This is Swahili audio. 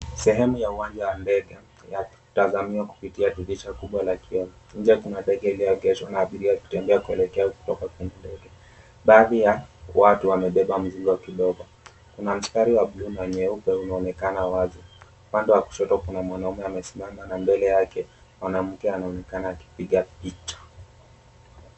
Sehemu ya uwanja wa ndege yatazamiwa kupitia kwa dirisha kubwa ya kioo. Nje kuna ndege iliyoegeshwa na abiria wakitembea kutoka kwenye ndege. Baadhi ya watu wamebeba mizigo kidogo. Kuna mstari wa bluu na nyeupe unaonekana wazi. Upande wa kushoto kuna mwanume amesimama na mbele yake mwanamke anaonekana akipiga picha.